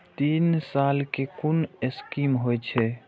तीन साल कै कुन स्कीम होय छै?